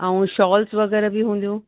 ऐं शॉल्स वग़ैरह बि हूंदियूं